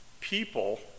people